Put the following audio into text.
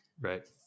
right